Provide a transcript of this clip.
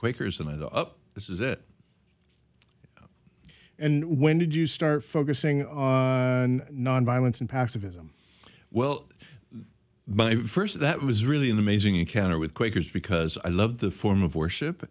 quakers and i thought up this is it and when did you start focusing on nonviolence and pacifism well but first that was really an amazing encounter with quakers because i love the form of worship